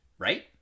Right